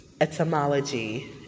etymology